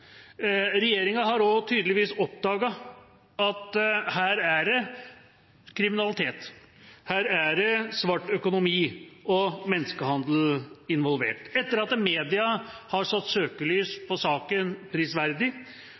regjeringa. Regjeringa har tydeligvis også oppdaget at her er kriminalitet, svart økonomi og menneskehandel involvert. Dette skjedde etter at media prisverdig nok satte søkelys på saken,